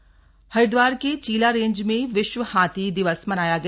हाथी कॉरिडोर हरिदवार के चिला रेंज में विश्व हाथी दिवस मनाया गया